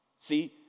See